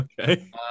Okay